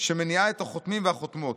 שמניעה את החותמים והחותמות.